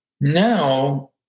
now